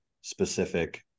specific